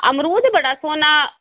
ਅਮਰੂਦ ਬੜਾ ਸੋਹਣਾ